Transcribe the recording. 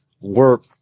work